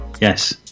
Yes